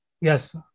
Yes